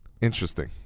interesting